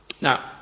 Now